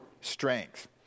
strength